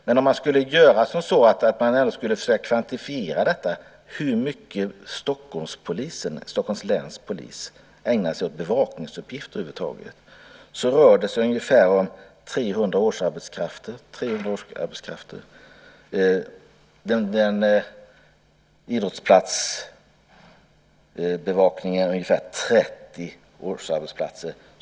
Men om man skulle försöka kvantifiera detta för att se hur mycket Stockholms läns polis ägnar sig åt bevakningsuppgifter över huvud taget så rör det sig om ungefär 300 årsarbetskrafter. Idrottsplatsbevakningen rör sig om ungefär 30 årsarbetskrafter.